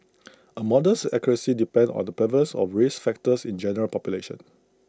A model's accuracy depends on the prevalence of risk factors in the general population